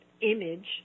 image